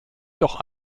doch